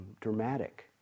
dramatic